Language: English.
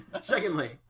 Secondly